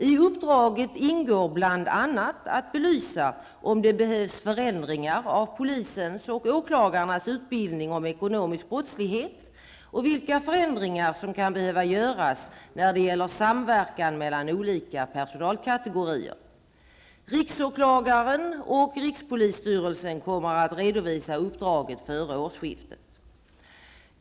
I uppdraget ingår bl.a. att belysa om det behövs förändringar av polisens och åklagarnas utbildning om ekonomisk brottslighet och vilka förändringar som kan behöva göras när det gäller samverkan mellan olika personalkategorier. Riksåklagaren och rikspolisstyrelsen kommer att redovisa uppdraget före årsskiftet.